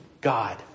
God